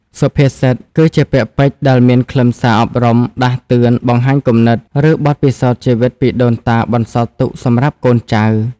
សុភាសិត គឺជាពាក្យពេចន៍ដែលមានខ្លឹមសារអប់រំ ដាស់តឿន បង្ហាញគំនិត ឬបទពិសោធន៍ជីវិតពីដូនតាបន្សល់ទុកសម្រាប់កូនចៅ។